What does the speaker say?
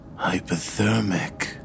hypothermic